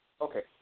Okay